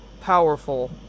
powerful